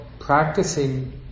Practicing